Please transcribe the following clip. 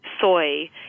soy